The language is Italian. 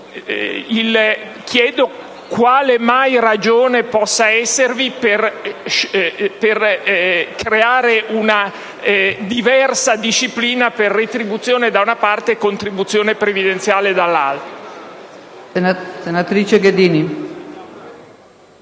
Chiedo quale ragione possa mai esservi per creare una diversa disciplina per retribuzione da una parte e contribuzione previdenziale dall«altra.